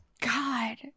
God